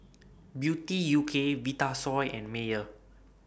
Beauty U K Vitasoy and Mayer